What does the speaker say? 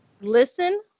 listen